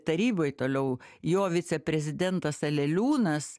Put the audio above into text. taryboj toliau jo viceprezidentas aleliūnas